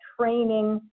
training